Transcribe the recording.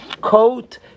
coat